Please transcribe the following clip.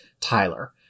Tyler